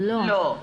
לא.